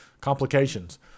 Complications